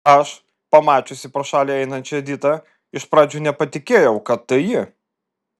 aš pamačiusi pro šalį einančią editą iš pradžių nepatikėjau kad tai ji